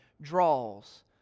draws